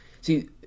see